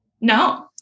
No